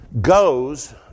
goes